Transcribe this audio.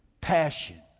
passion